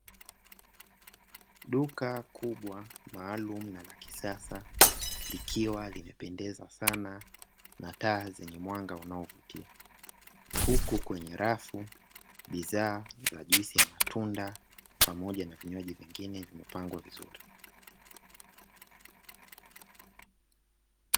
Duka kubwa maalumu na la kisasa, likiwa limependeza sana na taa zenye mwanga wa unaovutia. Huku kwenye rafu bidhaa za juisi ya matunda, pamoja na vinywaji vingine vimepangwa vizuri.